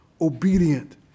obedient